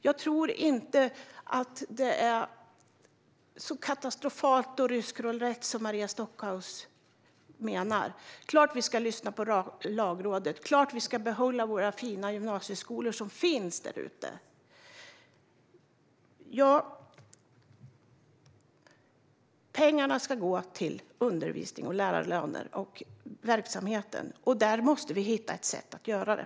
Jag tror inte att det är den katastrof eller ryska roulett som Maria Stockhaus säger. Vi ska självklart lyssna på Lagrådet, och vi ska självklart behålla de fina gymnasieskolor som finns där ute. Pengarna ska gå till verksamheten, till undervisning och lärarlöner, och vi måste hitta ett sätt för det.